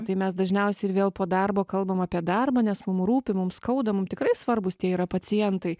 tai mes dažniausiai ir vėl po darbo kalbam apie darbą nes mum rūpi mum skauda mum tikrai svarbūs tie yra pacientai